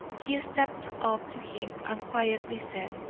he stepped up to him and quietly said